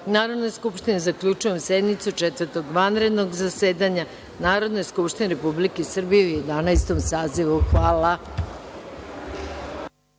Narodne skupštine, zaključujem sednicu Četvrtog vanrednog zasedanja Narodne skupštine Republike Srbije u Jedanaestom sazivu.